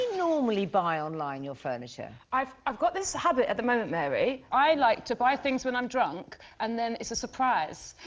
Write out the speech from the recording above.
normally buy online, your furniture? i've i've got this habit at the moment, mary, i like to buy things when i'm drunk, and then it's a surprise.